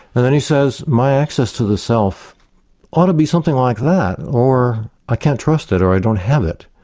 and then he says, my access to the self ought to be something like that, or i can't trust it, or i don't have it.